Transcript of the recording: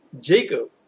Jacob